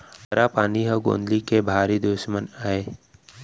करा पानी ह गौंदली के भारी दुस्मन अय